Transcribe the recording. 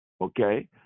Okay